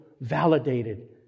validated